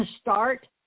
start